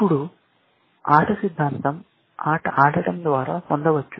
ఇప్పుడు ఆట సిద్ధాంతం ఆట ఆడటం ద్వారా పొందవచ్చు